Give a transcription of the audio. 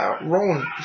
rolling